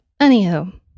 Anywho